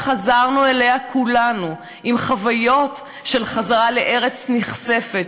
שחזרנו אליה כולנו עם חוויות של חזרה לארץ נכספת.